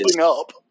up